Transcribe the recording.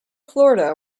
florida